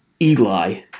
Eli